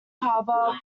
harbour